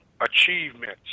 achievements